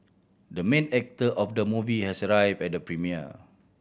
the main actor of the movie has arrived at the premiere